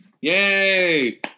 Yay